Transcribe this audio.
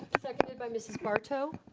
seconded by mrs. barto.